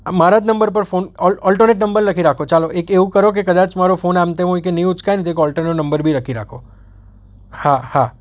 આ મારા જ નંબર પર ફોન ઑલ્ટોનેટ નંબર લખી રાખો ચાલો એક એવું કરો કે કદાચ મારો ફોન આમતેમ હોય કે નહીં ઉચકાય ને તો એક ઓલ્ટરનેટ નંબર બી લખી રાખો હા હા